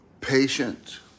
patient